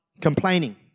complaining